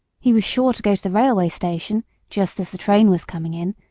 he was sure to go to the railway station just as the train was coming in,